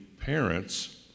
parents